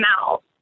out